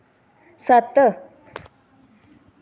सत्त